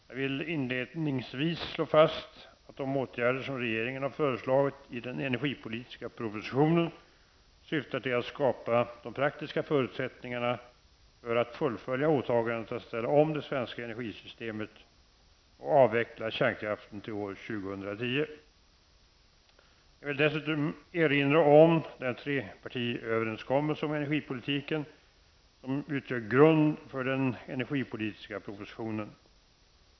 Jag vill inledningsvis slå fast att de åtgärder som regeringen har föreslagit i den energipolitiska propositionen syftar till att skapa de praktiska förutsättningarna för att fullfölja åtagandet att ställa om det svenska energisystemet och avveckla kärnkraften till år Jag vill dessutom erinra om den trepartiöverenskommelse om energipolitiken som utgör grund för den energipolitiska propositionen.